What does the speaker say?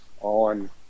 on